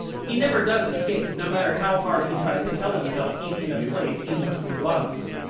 he never does escape, no matter how hard he tries to tell himself he's in a place he knows and loves.